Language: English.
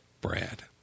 Brad